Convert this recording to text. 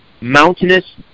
mountainous